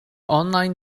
online